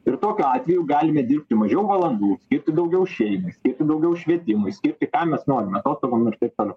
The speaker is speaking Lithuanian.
ir tokiu atveju galime dirbti mažiau valandų skirti daugiau šeimai skirti daugiau švietimui skirti kam mes norim atostogom ir taip toliau